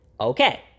okay